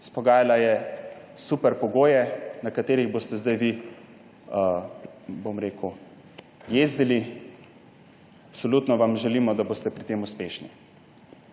Izpogajala je super pogoje, na katerih boste zdaj vi, bom rekel, jezdili. Absolutno vam želimo, da boste pri tem uspešni.